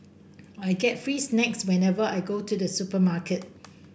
I get free snacks whenever I go to the supermarket